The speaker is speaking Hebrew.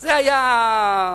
זה היה אנשים,